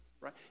right